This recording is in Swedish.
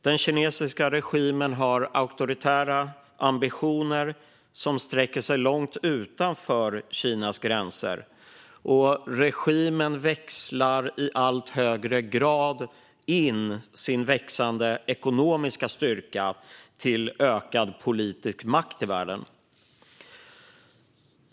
Den kinesiska regimen har auktoritära ambitioner som sträcker sig långt utanför Kinas gränser och växlar i allt högre grad in sin växande ekonomiska styrka till ökad politisk makt i världen.